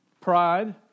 pride